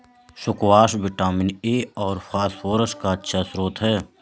squash vitamin A और phosphorus का अच्छा श्रोत है